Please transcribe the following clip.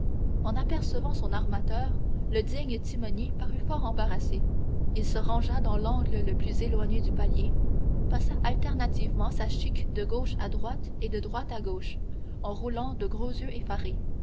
en apercevant son armateur le digne timonier parut fort embarrassé il se rangea dans l'angle le plus éloigné du palier passa alternativement sa chique de gauche à droite et de droite à gauche en roulant de gros yeux effarés